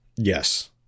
Yes